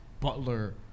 Butler